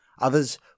others